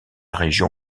région